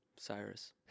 Cyrus